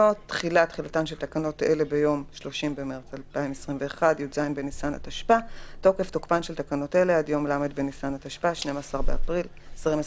תחילה תחילתן של תקנות אלה ביום י"ז בניסן התשפ"א (30 במרס 2021). תוקף תוקפן של תקנות אלה עד יום ל' בניסן התשפ"א (12 באפריל 2021)."